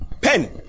Pen